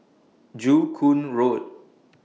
Joo Koon Road